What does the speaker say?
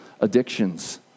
addictions